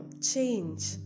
change